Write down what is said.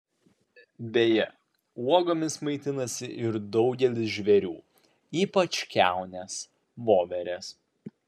beje uogomis maitinasi ir daugelis žvėrių ypač kiaunės voverės